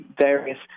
various